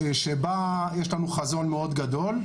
יש לנו חזון מאוד גדול,